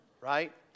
right